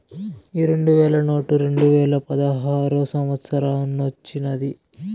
ఈ రెండు వేల నోటు రెండువేల పదహారో సంవత్సరానొచ్చినాది